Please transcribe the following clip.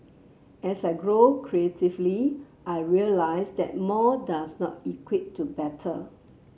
as I grow creatively I realise that more does not equate to better